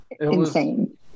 insane